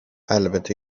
البته